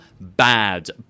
bad